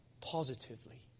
positively